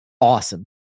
Awesome